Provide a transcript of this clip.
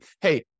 hey